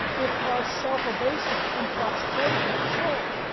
it caused self abasement and prostration of soul,